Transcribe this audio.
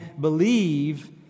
believe